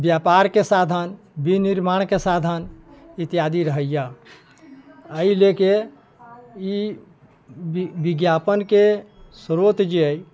व्यापारके साधन विनिर्माणके साधन इत्यादि रहैए एहि लऽ कऽ ई वि विज्ञापनके स्रोत जे हइ